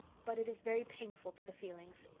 but it is very painful to the feelings.